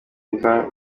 mva